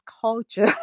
culture